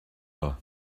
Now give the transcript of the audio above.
heibio